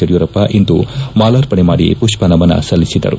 ಯಡಿಯೂರಪ್ಪ ಇಂದುಮಾಲಾರ್ಪಣೆ ಮಾಡಿ ಪುಷ್ಷ ನಮನ ಸಲ್ಲಿಸಿದರು